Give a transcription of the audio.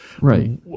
Right